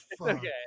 Okay